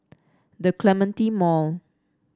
The Clementi Mall